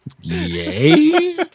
Yay